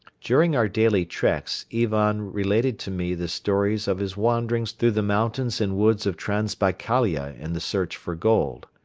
during our daily treks ivan related to me the stories of his wanderings through the mountains and woods of transbaikalia in the search for gold.